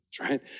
right